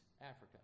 Africa